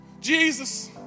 Jesus